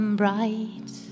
bright